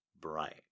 bright